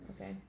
Okay